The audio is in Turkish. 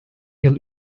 yıl